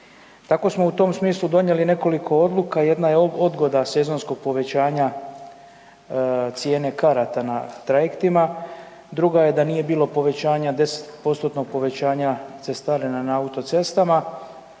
Tako smo u tom smislu donijeli nekoliko odluka, jedna je odgoda sezonskog povećanja cijene karata na trajektima, druga je da nije bilo povećanja, 10%-tnog povećanja na cestarina na autocestama,